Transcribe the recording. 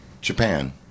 Japan